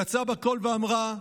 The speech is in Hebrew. יצאה בת קול ואמרה: